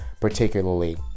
particularly